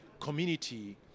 community